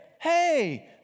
hey